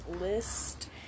list